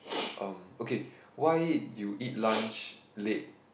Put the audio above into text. uh okay why you eat lunch late